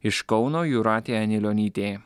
iš kauno jūratė anilionytė